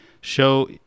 show